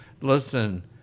Listen